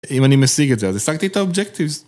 אם אני משיג את זה, אז הסגתי את ה objectives.